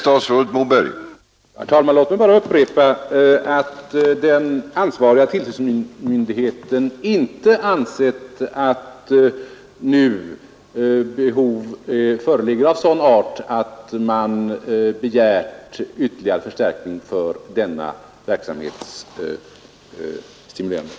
Herr talman! Låt mig bara upprepa att den ansvariga tillsynsmyndigheten inte ansett att behov av sådan art nu föreligger att man funnit sig behöva begära en ytterligare förstärkning för att stimulera den kurativa verksamheten.